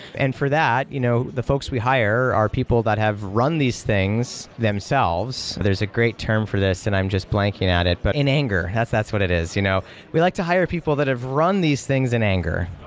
and for that, you know the folks we hire are people that have run these things themselves. there's a great term for this, and i'm just blanking at it, but in anger. that's what it is. you know we like to hire people that have run these things in anger,